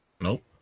Nope